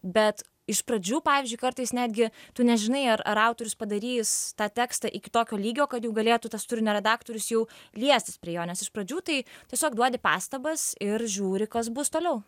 bet iš pradžių pavyzdžiui kartais netgi tu nežinai ar ar autorius padarys tą tekstą iki tokio lygio kad jau galėtų tas turinio redaktorius jau liestis prie jo nes iš pradžių tai tiesiog duodi pastabas ir žiūri kas bus toliau